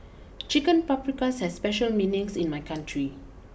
Chicken Paprikas has special meanings in my country